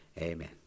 amen